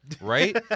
Right